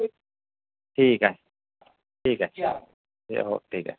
ठीक आहे ठीक आहे हो ठीक आहे